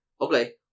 Okay